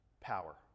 power